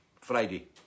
Friday